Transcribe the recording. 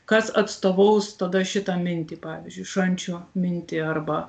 kas atstovaus tada šitą mintį pavyzdžiui šančių mintį arba